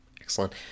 Excellent